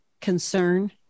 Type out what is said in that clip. concern